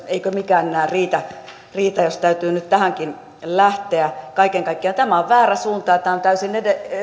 eikö mikään enää riitä riitä jos täytyy nyt tähänkin lähteä kaiken kaikkiaan tämä on väärä suunta ja tämä on täysin